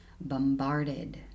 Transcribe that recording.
bombarded